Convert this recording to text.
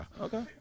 Okay